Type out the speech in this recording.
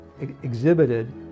exhibited